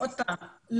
עוד פעם.